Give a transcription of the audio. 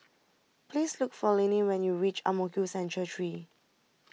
please look for Linnea when you reach Ang Mo Kio Central three